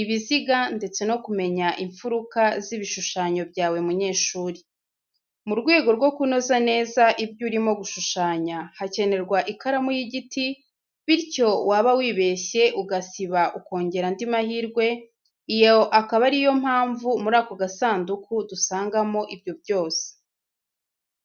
ibiziga ndetse no kumenya imfuruka z’ibishushanyo byawe munyeshuri. Mu rwego rwo kunoza neza ibyo urimo gushushanya hakenerwa ikaramu y’igiti, bityo waba wibeshye ugasiba ukongera andi mahirwe, iyo akaba ari yo mpamvu muri ako gasanduku dusangamo ibyo byose.